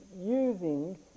using